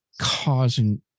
causing